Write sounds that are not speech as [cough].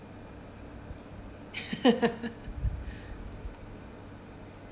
[laughs]